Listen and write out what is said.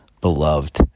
beloved